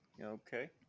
okay